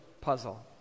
Puzzle